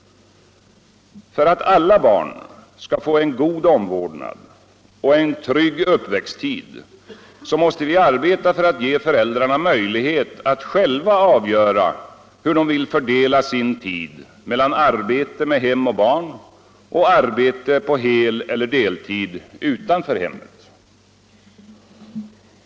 För att alla barn skall få en god omvårdnad och en trygg uppväxttid måste vi arbeta för att ge föräldrarna möjlighet att själva avgöra hur de vill fördela sin tid mellan arbete med hem och barn och arbete på heleller deltid utanför hemmet.